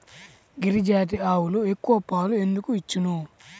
గిరిజాతి ఆవులు ఎక్కువ పాలు ఎందుకు ఇచ్చును?